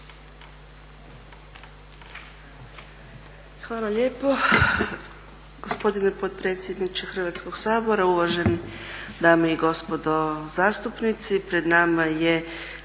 Hvala lijepo gospodine potpredsjedniče Hrvatskog sabora. Uvažene dame i gospodo zastupnici. Pred nama je